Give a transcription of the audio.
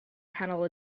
nghanol